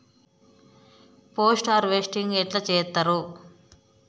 Post harvesting ఎట్ల చేత్తరు?